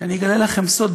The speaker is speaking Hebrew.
ואני אגלה לכם סוד,